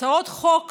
הצעות החוק